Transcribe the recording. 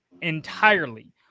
entirely